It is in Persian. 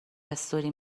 استوری